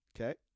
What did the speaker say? Okay